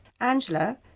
Angela